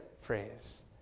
phrase